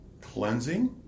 cleansing